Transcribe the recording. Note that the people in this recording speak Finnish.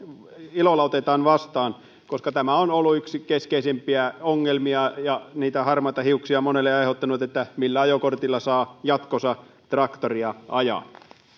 ilolla otetaan vastaan koska tämä on ollut yksi keskeisimpiä ongelmia ja harmaita hiuksia on monelle aiheuttanut että millä ajokortilla saa jatkossa traktoria ajaa